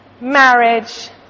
marriage